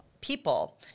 people